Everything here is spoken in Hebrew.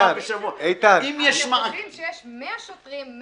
אתם חושבים שיש 100 שוטרים,